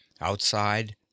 outside